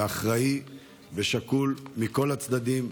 אחראי ושקול מכל הצדדים.